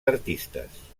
artistes